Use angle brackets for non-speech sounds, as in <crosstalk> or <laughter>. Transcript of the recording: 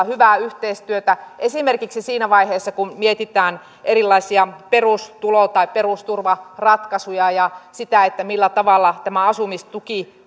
<unintelligible> hyvää yhteistyötä esimerkiksi siinä vaiheessa kun mietitään erilaisia perustulo tai perusturvaratkaisuja ja sitä millä tavalla tämä asumistuki <unintelligible>